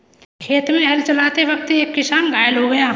खेत में हल चलाते वक्त एक किसान घायल हो गया